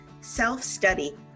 self-study